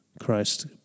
Christ